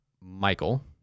Michael